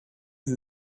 sie